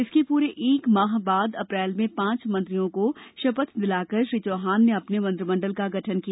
इसके पूरे एक माह बाद अप्रैल में पांच मंत्रियों को शपथ दिलाकर श्री चौहान ने अपने मंत्रिमंडल का गठन किया